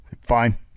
Fine